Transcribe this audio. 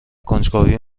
کنجکاوی